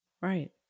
Right